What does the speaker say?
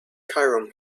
cairum